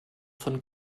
von